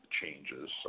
changes